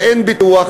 אז אין ביטוח,